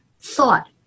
thought